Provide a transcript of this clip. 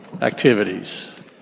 activities